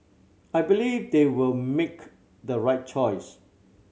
I believe they will make the right choice